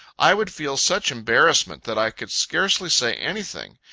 i would feel such embarrassment that i could scarcely say anything.